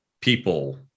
people